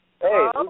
Hey